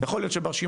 יכול להיות שברשימה,